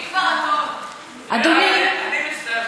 אם כך, אני מצטער,